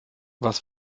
was